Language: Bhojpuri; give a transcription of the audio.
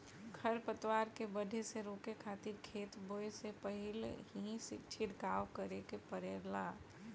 खर पतवार के बढ़े से रोके खातिर खेत बोए से पहिल ही छिड़काव करावे के पड़ेला